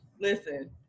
Listen